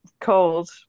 cold